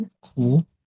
Cool